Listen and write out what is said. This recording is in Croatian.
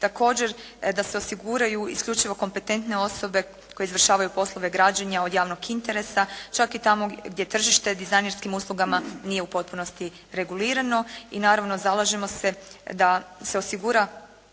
Također da se osiguraju isključivo kompetentne osobe koje izvršavaju poslove građenja od javnog interesa čak i tamo gdje tržište dizajnerskim uslugama nije u potpunosti regulirano i naravno zalažemo se da se osigura